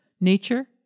nature